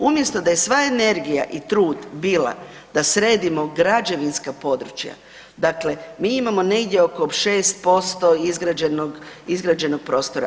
Umjesto da je sva energija i trud bila da sredimo građevinska područja, dakle, mi imamo negdje oko 6% izgrađenog prostora.